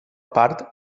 part